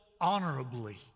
honorably